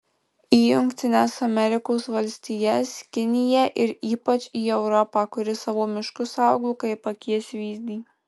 į jungtines amerikos valstijas kiniją ir ypač į europą kuri savo miškus saugo kaip akies vyzdį